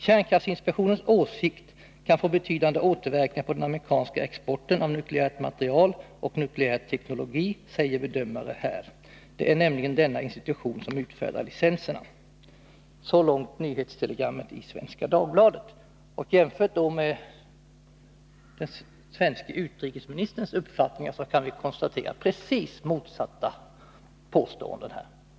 Kärnkraftsinspektionens åsikt kan få betydande återverkningar på den amerikanska exporten av nukleärt material och nukleär teknologi, säger bedömare här. Det är nämligen denna institution som utfärdar licenserna.” — Så långt nyhetstelegrammet i Svenska Dagbladet. Jämfört med den svenska utrikesministerns uppfattning kan vi konstatera att påståendena är precis motsatta.